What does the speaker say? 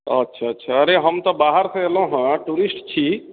अच्छा अच्छा अरे हम तऽ बाहर से एलहुॅं हँ टूरिस्ट छी